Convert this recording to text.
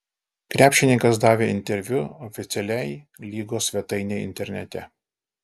krepšininkas davė interviu oficialiai lygos svetainei internete